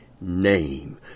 name